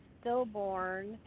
stillborn